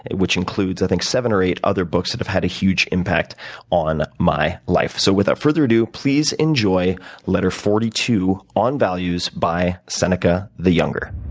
which includes, i think, seven or eight other books that have had a huge impact on my life. so without further ado, please enjoy letter forty two on values by seneca the younger.